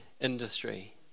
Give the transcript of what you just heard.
industry